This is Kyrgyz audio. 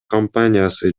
компаниясы